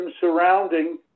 surrounding